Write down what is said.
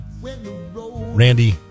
randy